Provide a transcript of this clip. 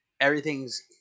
Everything's